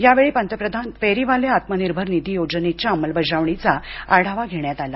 यावेळी पंतप्रधान फेरीवाले आत्मनिर्भर निधी योजनेच्या अंमलबजावणीचा आढावा घेण्यात आला